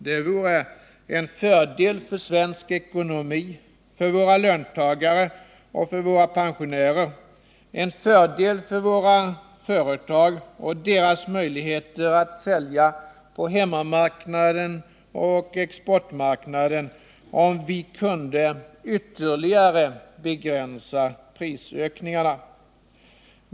Det vore en fördel för svensk ekonomi, för våra föntagare och för våra pensionärer, det vore gynnsamt för våra företag och deras möjligheter att sälja på hemmamark naden och exportmarknaden, om vi kunde ytterligare begränsa prisökningarna.